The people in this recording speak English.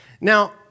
Now